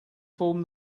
form